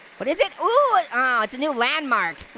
what is it? oh, ah it's a new landmark.